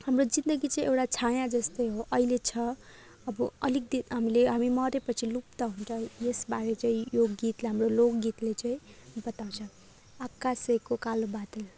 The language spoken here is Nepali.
हाम्रो जिन्दगी चाहिँ एउटा छाँया जस्तै हो अहिले छ अब अलिक हामीले हामी मरे पछि लुप्त हुन्छ यस बारे चाहिँ यो गीत हाम्रो लोक गीतले चाहिँ बताउँछ आकाशैको कालो बादल